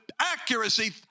accuracy